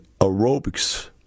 aerobics